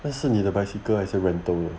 那是你的 bicycle 还是 rental 的